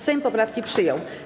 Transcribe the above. Sejm poprawki przyjął.